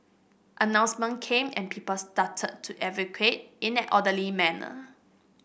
announcement came and people started to evacuate in an orderly manner